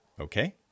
Okay